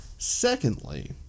Secondly